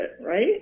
right